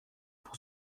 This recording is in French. pour